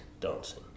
dancing